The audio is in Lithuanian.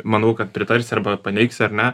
manau kad pritarsi arba paneigsi ar ne